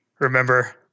remember